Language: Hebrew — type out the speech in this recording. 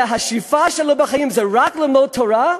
שהשאיפה שלהם בחיים היא רק ללמוד תורה?